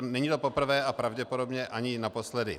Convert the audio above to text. Není to poprvé a pravděpodobně ani naposledy.